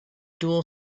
dual